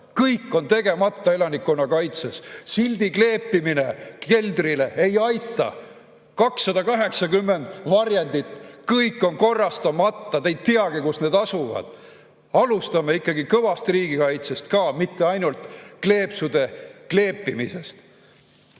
Kõik on tegemata elanikkonnakaitses! Sildi kleepimine keldrile ei aita. 280 varjendit, kõik on korrastamata. Te ei teagi, kus need asuvad. Alustame ikkagi kõvast riigikaitsest ka, mitte ainult kleepsude kleepimisest.